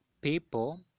people